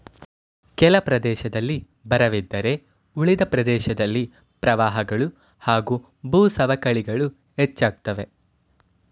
ಕೆಲ ಪ್ರದೇಶದಲ್ಲಿ ಬರವಿದ್ದರೆ ಉಳಿದ ಪ್ರದೇಶದಲ್ಲಿ ಪ್ರವಾಹಗಳು ಹಾಗೂ ಭೂಸವಕಳಿಗಳು ಹೆಚ್ಚಾಗ್ತವೆ